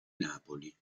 napoli